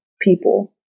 people